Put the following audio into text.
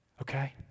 Okay